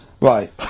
Right